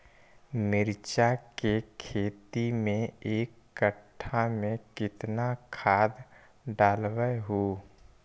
मिरचा के खेती मे एक कटा मे कितना खाद ढालबय हू?